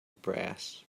brass